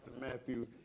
Matthew